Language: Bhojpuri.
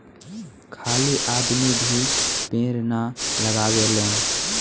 खाली आदमी भी पेड़ ना लगावेलेन